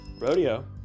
Rodeo